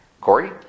Corey